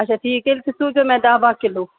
اچھا ٹھیٖک تیٚلہِ سُہ سوٗزیو مےٚ دَہ بَہہ کِلوٗ